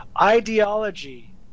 Ideology